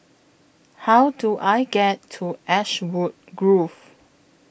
How Do I get to Ashwood Grove